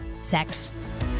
sex